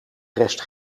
rest